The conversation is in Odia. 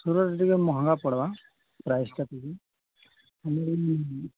ସୁରରେ ଟିକେ ମହଙ୍ଗା ପଡ଼୍ବା ପ୍ରାଇସ୍ଟା